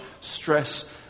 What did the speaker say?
stress